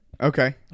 Okay